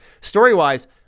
Story-wise